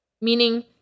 Meaning